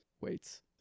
weights